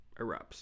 erupts